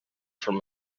from